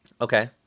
okay